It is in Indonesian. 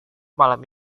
malam